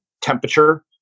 temperature